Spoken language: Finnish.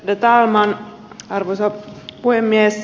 ärade talman arvoisa puhemies